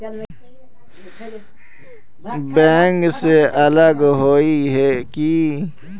Bank से अलग हिये है की?